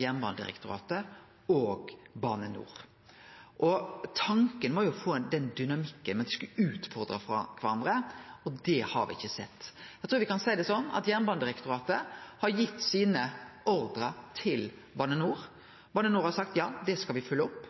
Jernbanedirektoratet og Bane NOR. Tanken var å få inn den dynamikken at dei skulle utfordre kvarandre. Det har me ikkje sett. Eg trur me kan seie det slik at Jernbanedirektoratet har gitt sine ordrar til Bane NOR, Bane NOR har sagt ja, det skal me følgje opp.